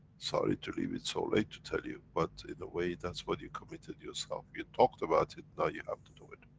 sorry to leave it so late to tell you, but in a way that's what you committed yourself, you talked about it now you have to do it.